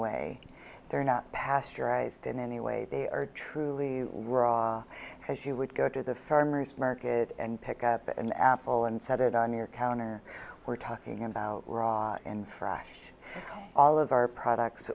way they're not pasteurized in any way they are truly were because you would go to the farmer's market and pick up an apple and set it on your counter we're talking about raw and fry all of our products